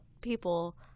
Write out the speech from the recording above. people